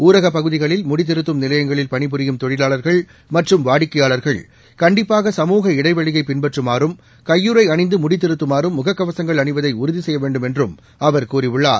ஊரகப் பகுதிகளில் முடித்திருத்தும் நிலையங்களில் பணிபுரியும் தொழிலாளா்கள் மற்றும் வாடிக்கையாளர்கள் கண்டிப்பாக சமூக இடைவெளியை பின்பற்றமாறும் கையுறை அணிந்து முடித்திருத்துமாறும் முகக்கவசங்கள் அணிவதை உறுதி செய்ய வேண்டும் என்றும் அவர் கூறியுள்ளார்